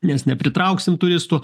nes nepritrauksim turistų